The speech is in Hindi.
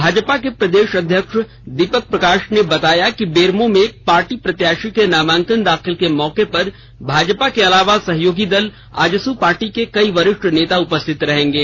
भाजपा के प्रदेष अध्यक्ष दीपक प्रकाश ने बताया कि बेरमो में पार्टी प्रत्याषी के नामांकन दाखिल के मौके पर भाजपा के अलावा सहयोगी दल आजसू पार्टी के कई वरिष्ठ नेता उपस्थित रहेंगे